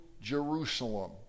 Jerusalem